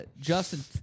Justin